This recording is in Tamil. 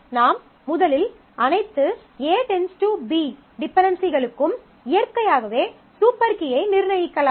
நாம் முதலில் அனைத்து A → B டிபென்டென்சிகளுக்கும் இயற்கையாகவே சூப்பர் கீயை நிர்ணயிக்கலாம்